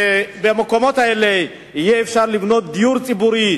ובמקומות האלה יהיה אפשר לבנות דיור ציבורי,